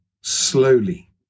slowly